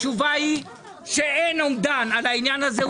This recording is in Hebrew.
התשובה היא שאין אומדן על העניין הזה,